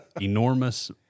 enormous